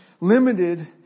limited